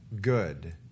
good